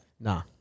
Nah